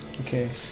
Okay